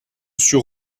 sur